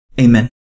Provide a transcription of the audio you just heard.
Amen